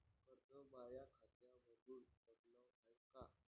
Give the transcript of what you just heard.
कर्ज माया खात्यामंधून कटलं हाय का?